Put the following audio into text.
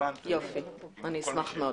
אשמח מאד.